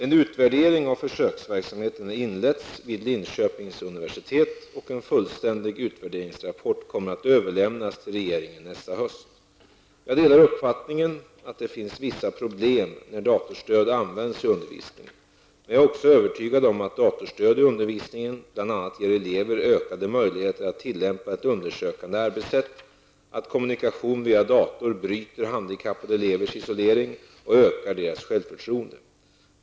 En utvärdering av försöksverksamheten har inletts vid Linköpings universitet, och en fullständig utvärderingsrapport kommer att överlämnas till regeringen nästa höst. Jag delar uppfattningen att det finns vissa problem när datorstöd används i undervisningen. Men jag är också övertygad om att datorstöd i undervisningen bl.a. ger elever ökade möjligheter att tillämpa ett undersökande arbetssätt och att kommunikation via dator bryter handikappade elevers isolering och ökar deras självförtroende.